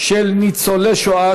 של ניצולי שואה,